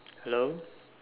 hello